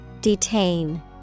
Detain